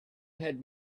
had